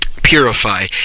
purify